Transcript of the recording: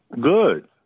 Good